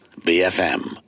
BFM